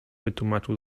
wytłumaczył